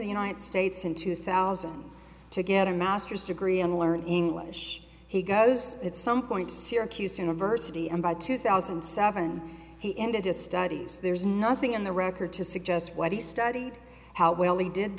the united states in two thousand to get a master's degree and learn english he goes at some point syracuse university and by two thousand and seven he ended his studies there's nothing in the record to suggest what he studied how well he did